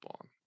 on